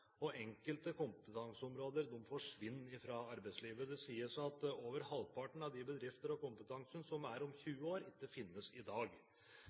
og enkelte kompetanseområder forsvinner fra arbeidslivet. Det sies at over halvparten av de bedrifter og den kompetansen som er om 20 år, ikke finnes i dag.